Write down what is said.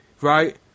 right